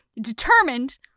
determined